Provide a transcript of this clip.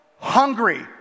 hungry